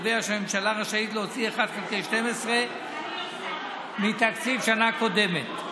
שקובע שהממשלה רשאית להוציא 1 חלקי 12 מתקציב שנה קודמת.